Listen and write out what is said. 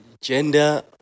gender